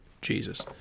Jesus